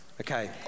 Okay